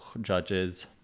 judges